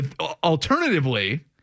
alternatively